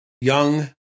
young